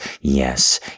Yes